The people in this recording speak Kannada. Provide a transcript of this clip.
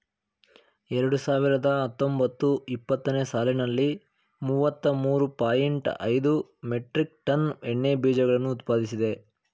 ಎರಡು ಸಾವಿರದ ಹತ್ತೊಂಬತ್ತು ಇಪ್ಪತ್ತನೇ ಸಾಲಿನಲ್ಲಿ ಮೂವತ್ತ ಮೂರು ಪಾಯಿಂಟ್ ಐದು ಮೆಟ್ರಿಕ್ ಟನ್ ಎಣ್ಣೆ ಬೀಜಗಳನ್ನು ಉತ್ಪಾದಿಸಿದೆ